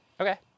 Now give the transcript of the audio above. okay